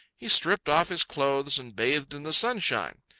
he stripped off his clothes and bathed in the sunshine.